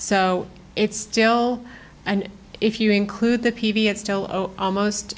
so it's still and if you include the pv it's almost